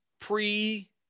pre